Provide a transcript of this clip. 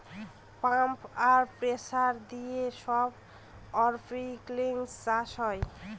pump আর pressure দিয়ে সব অরপনিক্স চাষ হয়